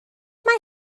mae